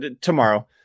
tomorrow